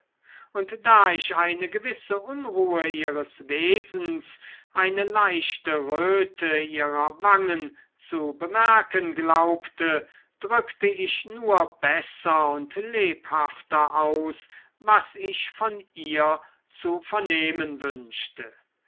und da ich eine gewisse unruhe ihres wesens eine leichte röte ihrer wangen zu bemerken glaubte drückte ich nur besser und lebhafter aus was ich von ihr zu vernehmen wünschte